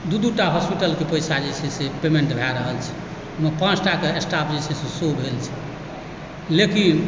दू दू टा हॉस्पिटलके पैसा जे छै से पेमेन्ट भए रहल छै ओहिमे पाँचटा कऽ स्टाफ शो भेल छै लेकिन